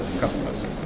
customers